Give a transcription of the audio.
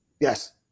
Yes